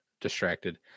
distracted